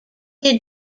did